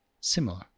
similar